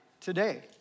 today